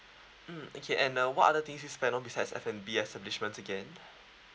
mm okay and uh what other things you spend on besides F&B establishments again